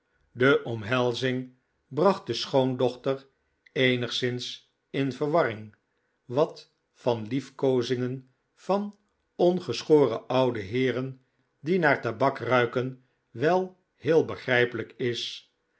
de omhelzing bracht de schoondochter eenigszins in verwarring wat van liefkoozingen van ongeschoren oude heeren die naar tabak ruiken wel heel begrijpelijk is